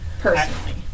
Personally